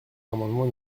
l’amendement